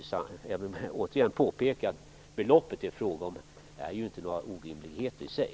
Jag vill återigen påpeka att det belopp som det är fråga om inte är orimligt i sig.